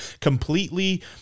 completely